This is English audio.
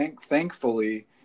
thankfully